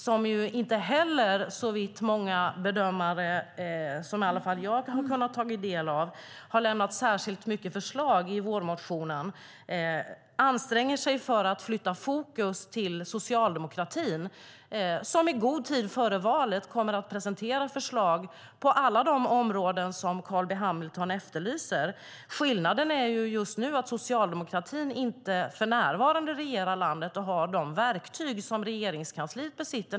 Den har inte heller, enligt de bedömare som jag har kunnat ta del av, lämnat särskilt mycket förslag i vårpropositionen. Han anstränger sig för att flytta fokus till Socialdemokraterna. Vi kommer i god tid före valet att presentera förslag på alla de områden där Carl B Hamilton efterlyser förslag. Skillnaden just nu är att Socialdemokraterna för närvarande inte regerar landet och har de verktyg som Regeringskansliet besitter.